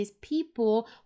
people